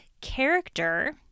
character